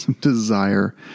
desire